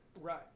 Right